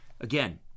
again